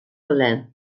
ferlern